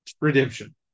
Redemption